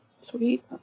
Sweet